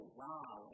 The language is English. wow